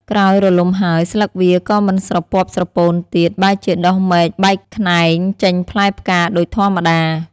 ក្រោយរលំហើយ ស្លឹកវាក៏មិនស្រពាប់ស្រពោនទៀត បែរជាដុះមែកបែកខ្នែងចេញផ្លែផ្កា ដូចធម្មតា ។